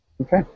Okay